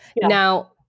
Now-